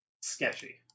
sketchy